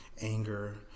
anger